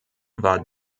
war